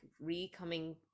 re-coming